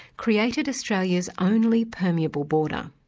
created australia's only permeable border.